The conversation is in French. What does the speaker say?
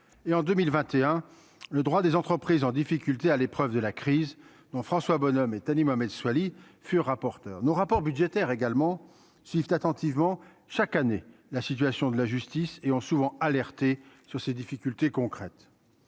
et en 2021, le droit des entreprises en difficulté à l'épreuve de la crise non François Bonhomme et Thani Mohamed Soilihi fut rapporteur nos rapports budgétaires également suivent attentivement chaque année la situation de la justice et ont souvent alerté sur ces difficultés concrètes,